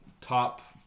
top